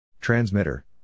Transmitter